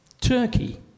Turkey